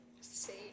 say